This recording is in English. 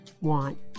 want